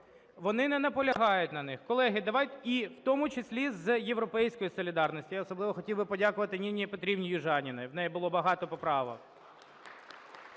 Вони не наполягають на них. Колеги давайте… І в тому числі з "Європейської солідарності". Я особливо хотів би подякувати Ніні Петрівні Южаніній, у неї було багато поправок.